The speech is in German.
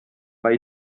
bei